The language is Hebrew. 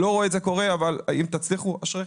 אני לא רואה את זה קורה, אבל אם תצליחו אשריכם.